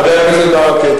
חבר הכנסת ברכה,